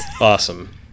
awesome